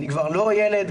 אני כבר לא ילד,